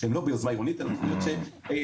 שהן לא ביוזמה עירונית אלא תוכניות שבעלים,